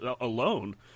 alone